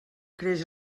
creix